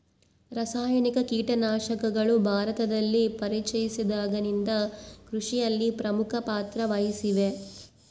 ರಾಸಾಯನಿಕ ಕೇಟನಾಶಕಗಳು ಭಾರತದಲ್ಲಿ ಪರಿಚಯಿಸಿದಾಗಿನಿಂದ ಕೃಷಿಯಲ್ಲಿ ಪ್ರಮುಖ ಪಾತ್ರ ವಹಿಸಿವೆ